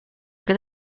good